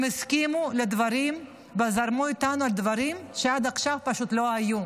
הם הסכימו לדברים וזרמו איתנו על דברים שעד עכשיו פשוט לא היו.